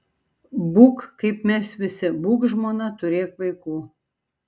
būk kaip mes visi būk žmona turėk vaikų